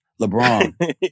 LeBron